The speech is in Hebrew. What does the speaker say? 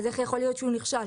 אז איך יכול להיות שהוא נכשל?